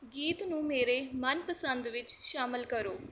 ਗੀਤ ਨੂੰ ਮੇਰੇ ਮਨਪਸੰਦ ਵਿੱਚ ਸ਼ਾਮਲ ਕਰੋ